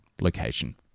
location